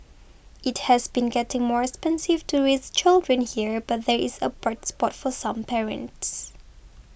it has been getting more expensive to raise children here but there is a bright spot for some parents